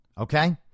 Okay